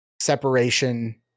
separation